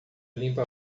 limpa